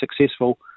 successful